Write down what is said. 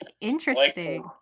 interesting